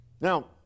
Now